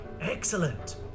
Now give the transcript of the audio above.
Excellent